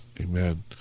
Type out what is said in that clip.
amen